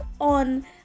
on